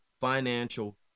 financial